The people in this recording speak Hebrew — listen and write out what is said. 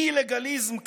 "אי-לגליזם",